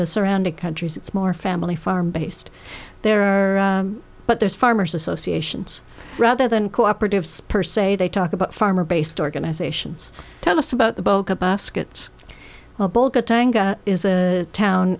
the surrounding countries it's more family farm based there are but there's farmers associations rather than cooperative spurs say they talk about farmer based organizations tell us about the bulk of baskets or bulk is a town